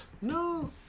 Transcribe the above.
No